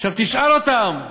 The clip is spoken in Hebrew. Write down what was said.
עכשיו, תשאל אותם,